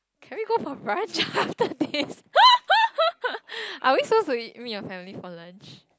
can we go for brunch after this are we supposed to meet meet your family for lunch